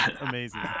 amazing